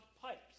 pipes